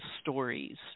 stories